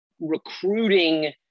recruiting